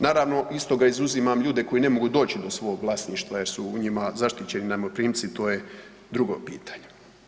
Naravno iz toga izuzimam ljude koji ne mogu doći do svog vlasništva jer su u njima zaštićeni najmoprimci, to je drugo pitanje.